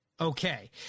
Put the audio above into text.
okay